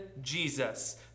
Jesus